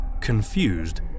Confused